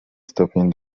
stopień